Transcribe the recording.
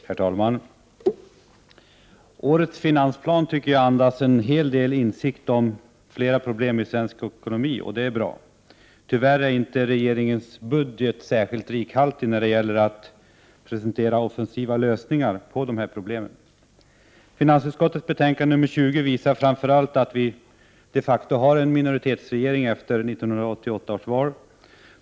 Herr talman! Årets finansplan andas, tycker jag, en hel del insikt om flera problem i svensk ekonomi, och det är bra. Tyvärr är inte regeringens budget särskilt rikhaltig när det gäller att presentera offensiva lösningar på dessa problem. Finansutskottets betänkande nr 20 visar framför allt att vi de facto har en minoritetsregering efter 1988 års val.